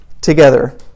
together